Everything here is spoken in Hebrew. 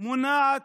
מונעת